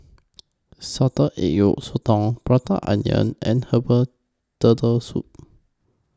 Salted Egg Yolk Sotong Prata Onion and Herbal Turtle Soup